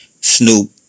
Snoop